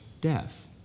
death